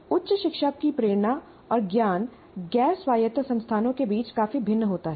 उच्च शिक्षा की प्रेरणा और ज्ञान गैर स्वायत्त संस्थानों के बीच काफी भिन्न होता है